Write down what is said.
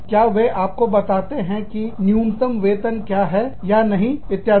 क्या वे आपको बताते हैं कि न्यूनतम वेतन क्या है या नहीं इत्यादि